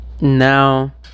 now